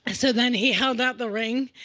and so then he held out the ring,